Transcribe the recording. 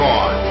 on